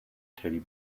teddy